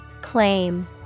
Claim